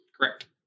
correct